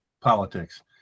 politics